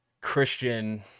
Christian